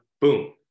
boom